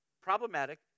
problematic